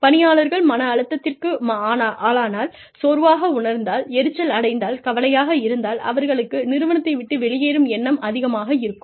பணியாளர்கள் மன அழுத்தத்திற்கு ஆளானால் சோர்வாக உணர்ந்தால் எரிச்சல் அடைந்தால் கவலையாக இருந்தால் அவர்களுக்கு நிறுவனத்தை விட்டு வெளியேறும் எண்ணம் அதிகமாக இருக்கும்